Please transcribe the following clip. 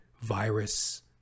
virus